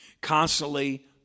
Constantly